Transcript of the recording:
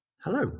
Hello